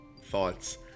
thoughts